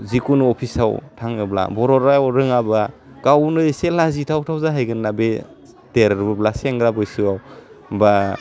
जेखुनु अफिसाव थाङोब्ला बर' राव रोङाबा गावनो इसे लाजिथावथाव जाहैगोन्ना बे देरोब्ला सेंग्रा बैसोआव बाह